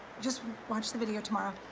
just watch the video tomorrow.